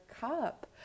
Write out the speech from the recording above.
cup